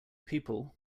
people